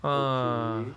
okay